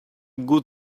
good